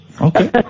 Okay